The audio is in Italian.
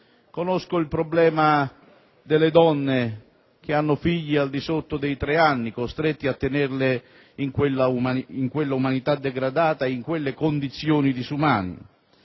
conosco il problema delle donne che hanno figli al di sotto dei tre anni, costrette a tenerli in quella umanità degradata, in quelle condizioni disumane;